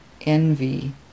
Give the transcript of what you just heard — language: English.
envy